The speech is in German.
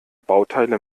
bauteile